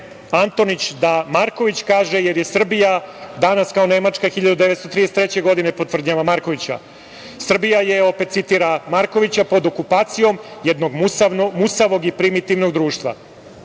Antonić, da Marković kaže - jer je Srbija danas kao Nemačka 1933. godine, po tvrdnjama Markovića. Srbija je - opet citira Markovića - pod okupacijom jednog musavog i primitivnog društva.